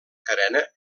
carena